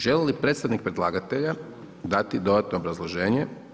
Želi li predstavnik predlagatelja dati dodatno obrazloženje?